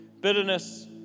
bitterness